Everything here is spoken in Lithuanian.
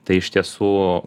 tai iš tiesų